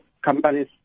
companies